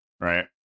right